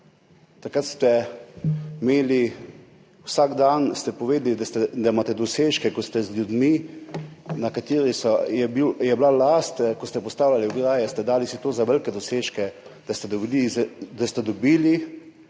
Takrat ste imeli, vsak dan ste povedali, da imate dosežke, ko ste z ljudmi, na kateri je bila last, ko ste postavljali ograje, ste dali si to za velike dosežke, da ste dobili